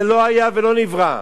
זה לא היה ולא נברא.